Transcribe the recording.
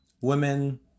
women